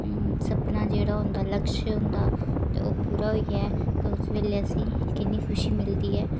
सपना जेह्ड़ा होंदा लक्ष्य होंदा ओह् पूरा होई जा तां उसलै असें गी किन्नी खुशी मिलदी ऐ